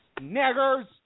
niggers